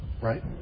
right